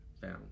found